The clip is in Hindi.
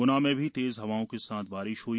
गुना में भी तेज हवाओं के साथ बारिश हुई